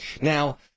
Now